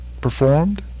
performed